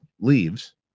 leaves